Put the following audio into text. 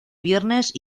viernes